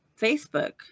Facebook